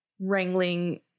wrangling